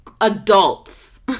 adults